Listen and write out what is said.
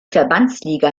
verbandsliga